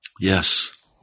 Yes